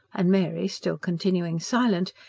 and mary still continuing silent,